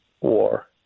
war